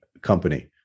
company